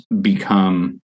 become